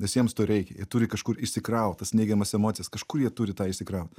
nes jiems to reikia jie turi kažkur išsikraut tas neigiamas emocijas kažkur jie turi tą išsikraut